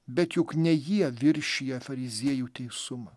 bet juk ne jie viršija fariziejų teisumą